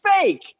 fake